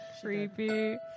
Creepy